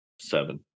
seven